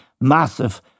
massive